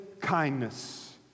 kindness